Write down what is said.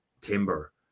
Timber